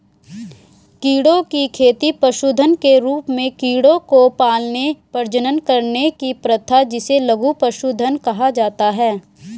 कीड़ों की खेती पशुधन के रूप में कीड़ों को पालने, प्रजनन करने की प्रथा जिसे लघु पशुधन कहा जाता है